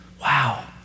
Wow